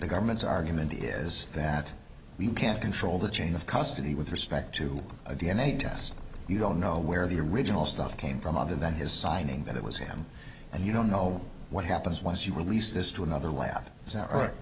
the government's argument is that we can't control the chain of custody with respect to a d n a test you don't know where the original stuff came from other than his signing that it was him and you don't know what happens once you release this to another lab this